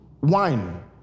wine